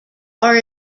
are